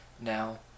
now